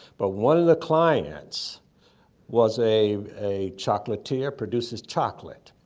but one of the clients was a a chocolatier, produces chocolate.